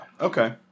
Okay